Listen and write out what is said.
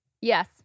Yes